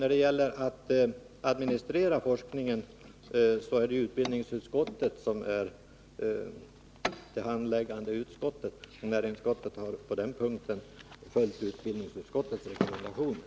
När det gäller att administrera forskningen är utbildningsutskottet det handläggande utskottet, och näringsutskottet har på den här punkten följt utbildningsutskottets rekommendationer.